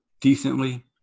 decently